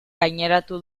gaineratu